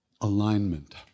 alignment